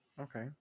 Okay